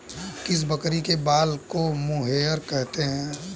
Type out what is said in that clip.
किस बकरी के बाल को मोहेयर कहते हैं?